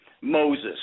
Moses